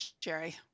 Jerry